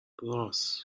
راس